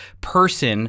person